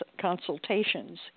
consultations